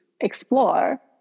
explore